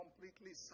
completely